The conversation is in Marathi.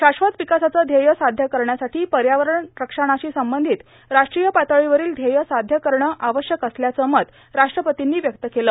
शाश्वत विकासाचं ध्येय साध्य करण्यासाठी पर्यावरण रक्षणाशी संबंधित राष्ट्रीय पातळीवरील ध्येयं साध्य करणं आवश्यक असल्याचं मत राष्ट्रपतीनी व्यक्त केलं